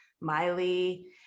Miley